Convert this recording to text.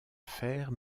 faire